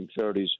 1930s